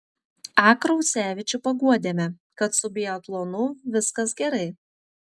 a kraucevičių paguodėme kad su biatlonu viskas gerai